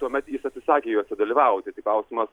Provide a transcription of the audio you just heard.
tuomet jis atsisakė juose dalyvauti tai klausimas